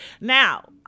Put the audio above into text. Now